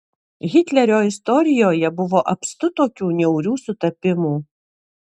hitlerio istorijoje buvo apstu tokių niaurių sutapimų